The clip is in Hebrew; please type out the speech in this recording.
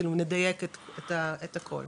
נדייק את הכול.